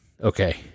okay